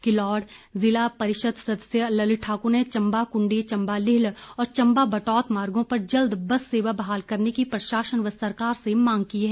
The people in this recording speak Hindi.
किलोड़ जिला परिषद सदस्य ललित ठाकुर ने चंबा कुंडी चंबा लिल्ह और चंबा बटोत मार्गों पर जल्द बस सेवा बहाल करने की प्रशासन व सरकार से मांग की है